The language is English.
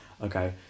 Okay